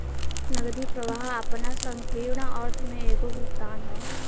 नगदी प्रवाह आपना संकीर्ण अर्थ में एगो भुगतान ह